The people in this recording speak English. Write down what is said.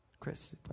Chris